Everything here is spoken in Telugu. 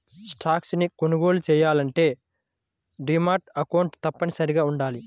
స్టాక్స్ ని కొనుగోలు చెయ్యాలంటే డీమాట్ అకౌంట్ తప్పనిసరిగా వుండాలి